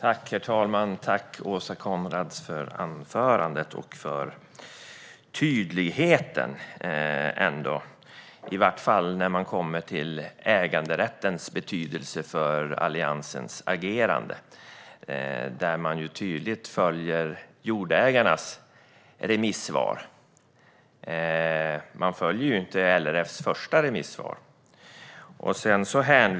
Herr talman! Tack, Åsa Coenraads, för anförandet! Tack också för tydligheten, i vart fall när det gäller äganderättens betydelse för Alliansens agerande. Man följer tydligt jordägarnas remissvar. Man följer inte LRF:s första remissvar.